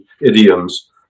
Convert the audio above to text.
idioms